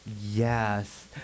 yes